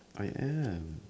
I am